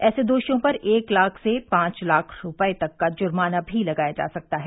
ऐसे दोषियों पर एक लाख से पांच लाख रुपये तक का जुर्माना भी लगाया जा सकता है